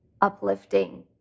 uplifting